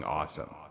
awesome